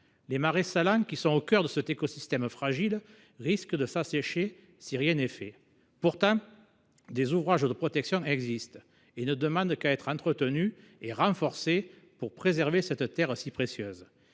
Les marais salants au cœur de cet écosystème fragile risquent de s’assécher si rien n’est fait. Pourtant, des ouvrages de protection existent ; ils ne demandent qu’à être entretenus et renforcés pour préserver cette terre si précieuse.